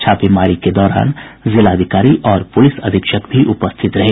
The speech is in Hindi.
छापेमारी के दौरान जिलाधिकारी और पुलिस अधीक्षक भी उपस्थित रहें